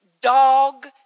dog